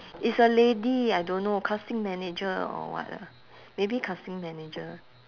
it's a lady I don't know casting manager or what ah maybe casting manager